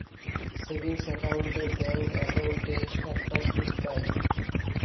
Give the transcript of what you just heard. savings account এ bank একাউন্টে একটা সুদ পাই